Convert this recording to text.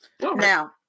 Now